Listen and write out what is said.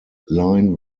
line